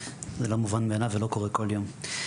זה לא מובן מאליו ולא קורה כל יום.